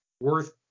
worth